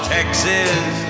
Texas